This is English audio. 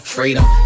Freedom